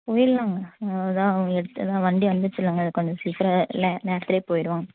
போயிடலாங்க அதுதான் அவங்க எடுத்துதான் வண்டி வந்துச்சுல்லங்க கொஞ்சம் சீக்கிர இல்லை நேரத்துலேயே போய்விடுவாங்க